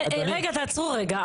עצרו רגע,